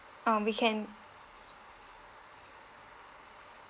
um we can